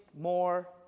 more